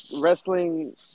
wrestling